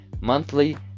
monthly